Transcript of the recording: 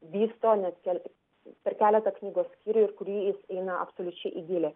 vysto net kel per keletą knygos skyrių ir kurį jis eina absoliučiai į gylį